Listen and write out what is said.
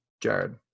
Jared